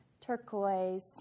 turquoise